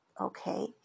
okay